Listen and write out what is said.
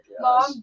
Mom